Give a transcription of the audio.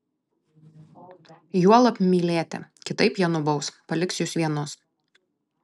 juolab mylėti kitaip jie nubaus paliks jus vienus